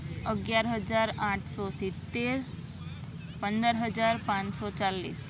અગિયાર હજાર આઠસો સિત્તેર પંદર હજાર પાંચસો ચાળીસ